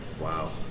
Wow